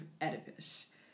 Oedipus